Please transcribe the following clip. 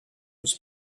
was